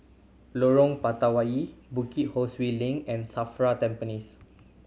Lorong Batawi Bukit Ho Swee Link and SAFRA Tampines